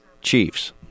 Chiefs